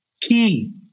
key